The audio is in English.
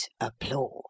applause